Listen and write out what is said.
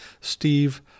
Steve